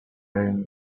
haine